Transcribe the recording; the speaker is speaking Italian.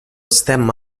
stemma